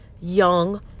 young